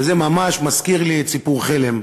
וזה ממש מזכיר לי את סיפור חלם.